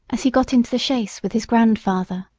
as he got into the chaise with his grandfather.